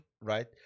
right